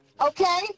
okay